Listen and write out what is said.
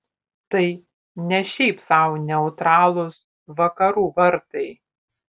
tai ne šiaip sau neutralūs vakarų vartai